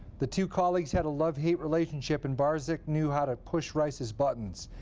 the two colleagues had a love-hate relationship, and barzyk knew how to push rice's buttons.